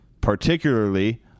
particularly